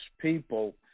people